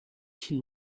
can